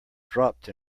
dropped